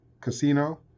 casino